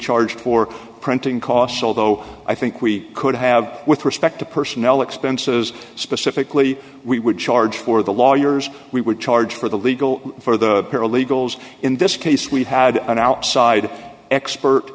charge for printing costs although i think we could have with respect to personnel expenses specifically we would charge for the lawyers we would charge for the legal for the paralegals in this case we had an outside expert